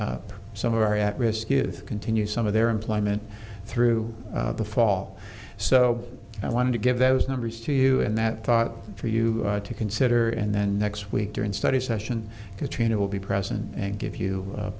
of some of our at risk youth continue some of their employment through the fall so i wanted to give those numbers to you in that thought for you to consider and then next week during study session katrina will be present and give you a